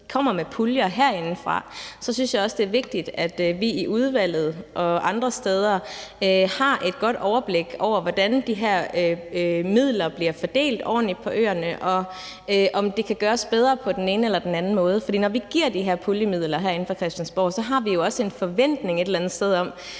kommer med puljer herindefra, er det vigtigt, at vi i udvalget og andre steder har et godt overblik over, om de her midler bliver fordelt ordentligt på øerne, og om det kan gøres bedre på den ene eller anden måde. For når vi giver de her puljemidler herinde fra Christiansborg, har vi jo også et eller andet sted en